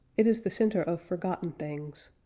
it is the center of forgotten things.